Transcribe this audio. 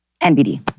NBD